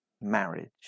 marriage